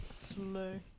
Slow